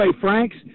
Franks